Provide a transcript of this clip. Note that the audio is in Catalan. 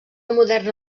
moderna